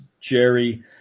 Jerry